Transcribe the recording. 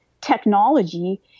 technology